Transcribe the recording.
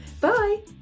Bye